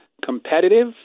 Competitive